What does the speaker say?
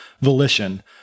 volition